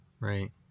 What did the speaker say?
Right